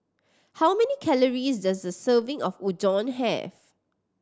how many calories does a serving of Udon have